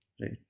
right